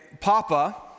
Papa